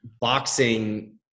boxing